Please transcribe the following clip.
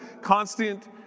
Constant